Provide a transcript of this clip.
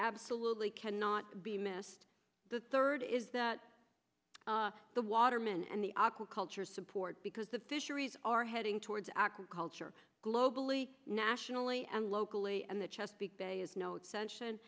absolutely cannot be missed the third is that the watermen and the aco culture support because the fisheries are heading towards agriculture globally nationally and locally and the chesapeake bay is note se